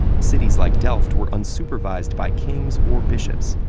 cities like delft were unsupervised by kings or bishops,